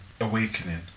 awakening